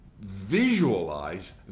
visualize